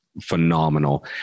phenomenal